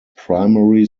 primary